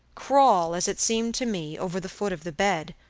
crawl, as it seemed to me, over the foot of the bed,